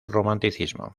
romanticismo